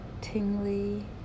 tingly